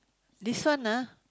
this one ah